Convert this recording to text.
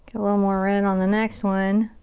a little more red on the next one.